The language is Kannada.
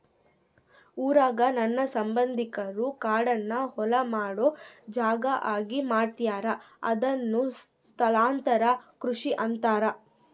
ಊರಾಗ ನನ್ನ ಸಂಬಂಧಿಕರು ಕಾಡ್ನ ಹೊಲ ಮಾಡೊ ಜಾಗ ಆಗಿ ಮಾಡ್ಯಾರ ಅದುನ್ನ ಸ್ಥಳಾಂತರ ಕೃಷಿ ಅಂತಾರ